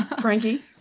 Frankie